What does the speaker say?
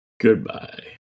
Goodbye